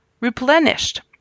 replenished